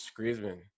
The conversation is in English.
Griezmann